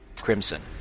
crimson